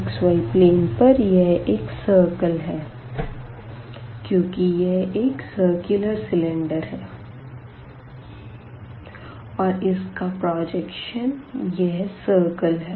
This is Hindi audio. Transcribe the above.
xy प्लेन पर यह एक सर्कल है क्यूँकि यह एक सर्कुलर सिलेंडर है और इस का प्रजेक्शन यह सर्कल है